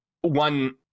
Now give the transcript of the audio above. one